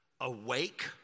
Awake